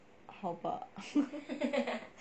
好吧